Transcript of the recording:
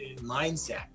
mindset